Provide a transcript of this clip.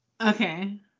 Okay